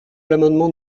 l’amendement